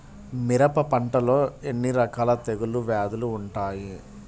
మిరప పంటలో ఎన్ని రకాల తెగులు వ్యాధులు వుంటాయి?